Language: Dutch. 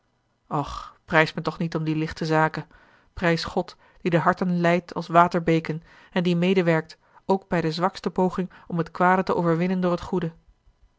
och prijs me toch niet om die lichte zake prijs god die de harten leidt als waterbeken en die medewerkt ook bij de zwakste poging om het kwade te overwinnen door het goede